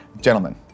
Gentlemen